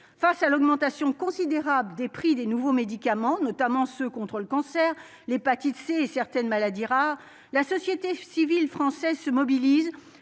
face à l'augmentation considérable des prix des nouveaux médicaments, notamment ceux contre le cancer, l'hépatite C et certaines maladies rares, la société civile française se mobilisent